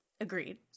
agreed